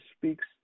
speaks